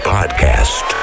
Podcast